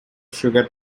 sugar